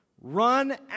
run